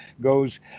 goes